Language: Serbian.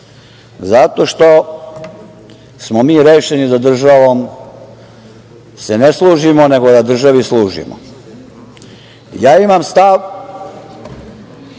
Zato što smo mi rešeni da državom se ne služimo, nego da državi služimo. Ja imam stav